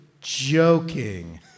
joking